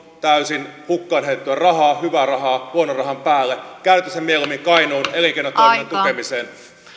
täysin hukkaan heitettyä rahaa hyvää rahaa huonon rahan päälle käyttäisin ne mieluummin kainuun elinkeinotoiminnan tukemiseen